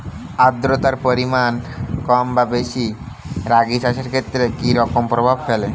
আদ্রতার পরিমাণ কম বা বেশি রাগী চাষের ক্ষেত্রে কি রকম প্রভাব ফেলে?